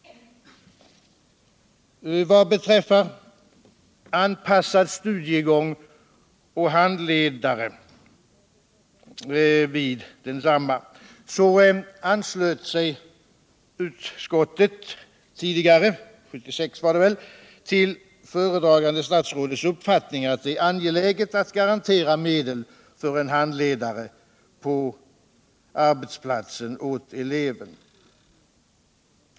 När det gäller anpassad studiegång och handledare vid densamma anslöt sig utskouer tidigare — 1976 var det väl — ull föredragande statsrådets uppfattning att det är angeläget att garantera medel för en handledare åt eleven.